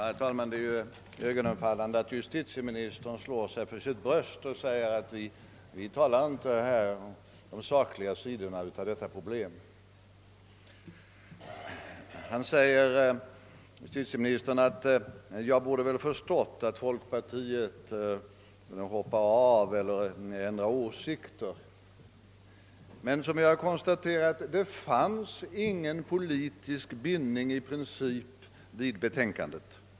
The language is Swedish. Herr talman! Det är verkligen iögonenfallande att justitieministern slår sig för sitt bröst och säger att vi i regeringen inte vill tala om problemets sakliga sidor. Han sade att han borde ha insett risken för att folkpartiet skul le hoppa av eller ändra åsikt. Som jag redan framhållit fanns det för det första ingen politisk bindning vid betänkandets förslag.